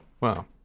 Wow